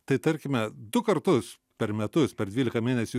tai tarkime du kartus per metus per dvylika mėnesių